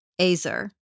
Azer